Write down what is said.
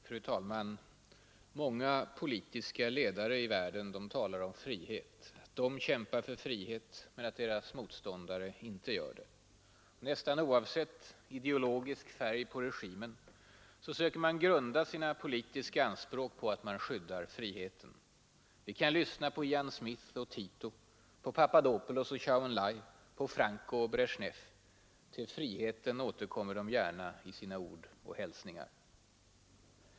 Fru talman! Många politiska ledare i världen talar om ”frihet”, att de kämpar för frihet men att deras motståndare inte gör det. Nästan oavsett ideologisk färg på regimen så söker man grunda sina politiska anspråk på att man skyddar friheten. Vi kan lyssna på Ian Smith och Tito, på Papadopoulos och Chou En-lai, på Franco och Bresjnev — till friheten återkommer de gärna i sina ord och hälsningar.